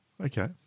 Okay